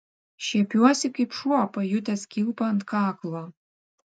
šiepiuosi kaip šuo pajutęs kilpą ant kaklo